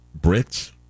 Brits